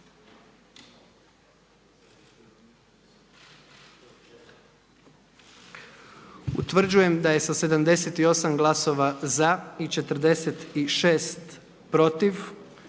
Utvrđujem da je sa 78 glasova za i 46 protiv